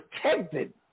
protected